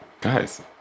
Guys